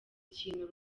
ikintu